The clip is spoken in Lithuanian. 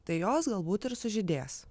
tai jos galbūt ir sužydės